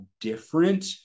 different